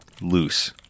loose